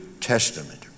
Testament